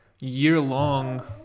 year-long